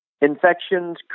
infections